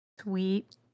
Sweet